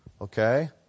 Okay